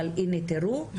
אבל הנה תראו,